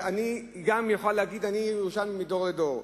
אני ירושלמי מדור דור.